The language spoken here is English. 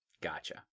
Gotcha